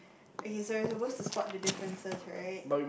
okay so you're supposed to spot the differences right